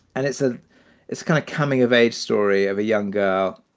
and it's a it's kind of coming of age story of a young girl.